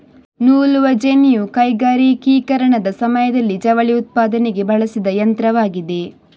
ನೂಲುವ ಜೆನ್ನಿಯು ಕೈಗಾರಿಕೀಕರಣದ ಸಮಯದಲ್ಲಿ ಜವಳಿ ಉತ್ಪಾದನೆಗೆ ಬಳಸಿದ ಯಂತ್ರವಾಗಿದೆ